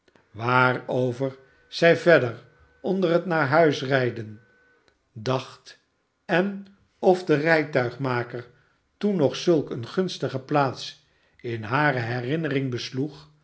waarover zij verder onder het naar huis rijden dacht en of de rijtuigmaker toen nog zulk eene gunstige plaats in hare herinnering besloeg